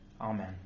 Amen